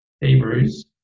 Hebrews